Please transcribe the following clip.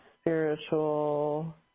spiritual